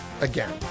again